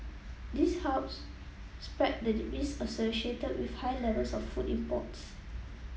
this helps spread that the risk associated with high levels of food imports